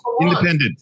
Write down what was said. independent